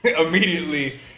immediately